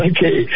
Okay